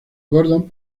gordon